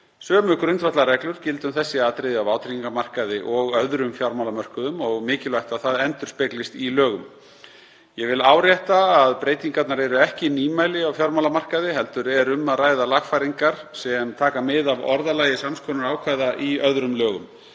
Sömu grundvallarreglur gilda um þessi atriði á vátryggingamarkaði og öðrum fjármálamörkuðum og mikilvægt að það endurspeglist í lögum. Ég vil árétta að breytingarnar eru ekki nýmæli á fjármálamarkaði heldur er um að ræða lagfæringar sem taka mið af orðalagi sams konar ákvæða í öðrum lögum.